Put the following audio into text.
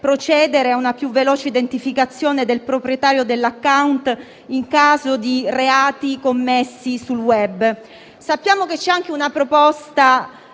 a una più veloce identificazione del proprietario dell'*account* in caso di reati commessi sul *web.* Sappiamo che c'è anche una proposta